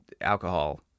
alcohol